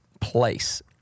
place